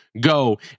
go